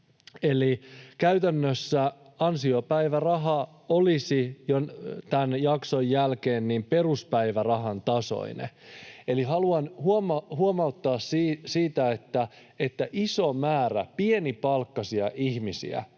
käytännössä ansiopäiväraha olisi jo tämän jakson jälkeen peruspäivärahan tasoinen. Haluan huomauttaa siitä, että iso määrä pienipalkkaisia ihmisiä